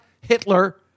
Hitler